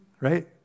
right